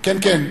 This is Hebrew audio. כן כן,